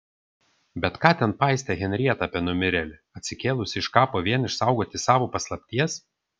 bet ką ten paistė henrieta apie numirėlį atsikėlusį iš kapo vien išsaugoti savo paslapties